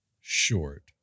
short